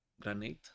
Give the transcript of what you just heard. Granite